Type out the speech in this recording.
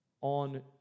on